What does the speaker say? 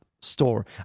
store